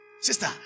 Sister